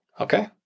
Okay